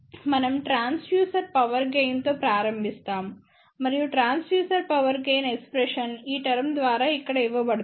మనం transducer power gain తో ప్రారంభిస్తాము మరియు ట్రాన్స్డ్యూసర్ పవర్ గెయిన్ ఎక్స్ప్రెషన్ ఈ టర్మ్ ద్వారా ఇక్కడ ఇవ్వబడింది